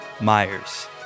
Myers